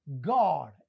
God